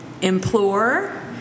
Implore